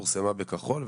פורסמה בכחול,